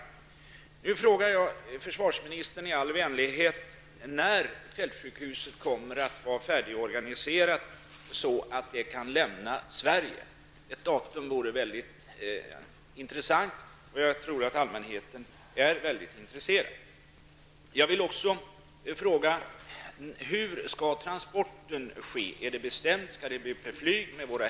Jag frågar nu försvarsministern i all vänlighet när fältsjukhuset kommer att vara färdigorganiserat så att det kan lämna Sverige. Det vore mycket intressant att få ett datum, och jag tror att allmänheten är mycket intresserad.